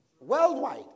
worldwide